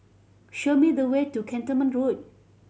show me the way to Cantonment Road